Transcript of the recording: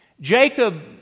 Jacob